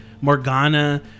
Morgana